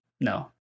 No